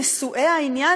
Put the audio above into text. מושאי העניין,